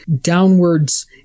downwards